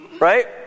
right